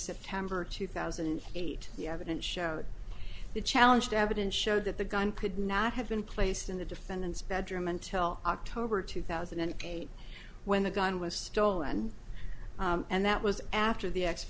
september two thousand and eight the evidence showed the challenge the evidence showed that the gun could not have been placed in the defendant's bedroom until october two thousand and eight when the gun was stolen and that was after the ex